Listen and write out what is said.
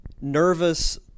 nervous